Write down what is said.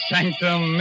Sanctum